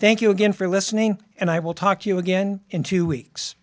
thank you again for listening and i will talk to you again in two weeks